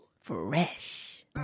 Fresh